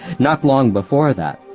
not long before that,